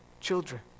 children